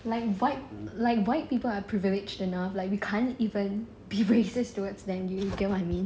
like white like white people are privileged enough we can't even be racist towards them you get what I mean